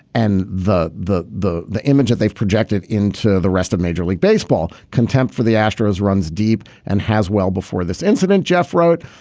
and the the the the image that they've projected into the rest of major league baseball. contempt for the astros runs deep and has well before this incident jeff wrote.